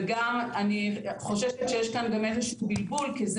וגם אני חוששת שיש כאן גם איזשהו בלבול כי זה